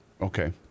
Okay